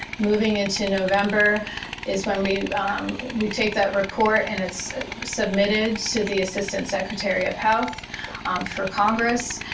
moving into november is when we we take that report and it's submitted to the assistant secretary of health for congress.